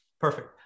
Perfect